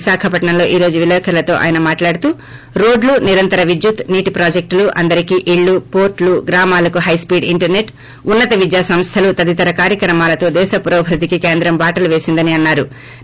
విశాఖపట్సంలో ఈ రోజు విలేకరులతో ఆయన మాట్లాడుతూ రోడ్లు నిరంతర విద్యుత్ నీటి ప్రాజెక్టులు అందరికీ ఇళ్లు పోర్టులు గ్రామాలకు హైస్పీడ్ ఇంటర్నెట్ ఉన్నత విద్యా సంస్థలు తదితర కార్యక్రమాలతో దేశపురోభివృద్దికి కేంద్రం బాటలు పేసిందని అన్నారు